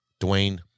Dwayne